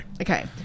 Okay